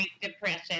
depression